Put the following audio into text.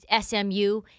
SMU